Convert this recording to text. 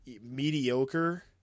mediocre